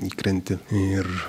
įkrenti ir